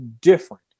different